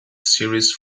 series